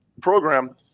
program